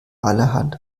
allerhand